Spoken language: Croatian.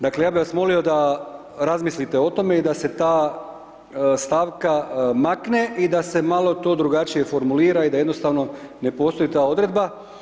Dakle ja bih vas molio da razmislite o tome i da se ta stavka makne i da se malo to drugačije formulira i da jednostavno ne postoji ta odredba.